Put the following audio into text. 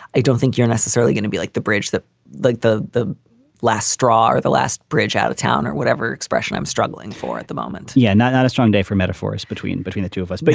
i don't think you're necessarily going to be like the bridge that like the the last straw or the last bridge out of town or whatever expression i'm struggling for at the moment yeah, not not a strong day for metaphors. between between the two of us. but